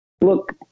Look